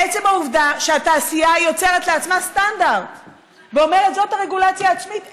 עצם העובדה שהתעשייה יוצרת לעצמה סטנדרט ואומרת: זאת הרגולציה העצמית,